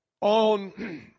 on